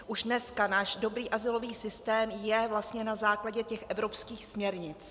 Už dneska náš dobrý azylový systém je vlastně na základě těch evropských směrnic.